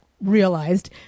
realized